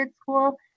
school